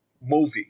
movie